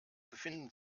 befinden